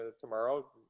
tomorrow